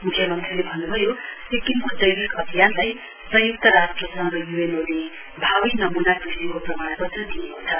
मुख्यमन्त्रीले भन्नुभयो सिक्किमको जैविक अभियानलाई संयुक्त राष्ट्र संघ यूएनओले भावी नमूना कृषिको प्रमाणपत्र दिएको छ